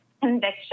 conviction